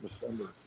December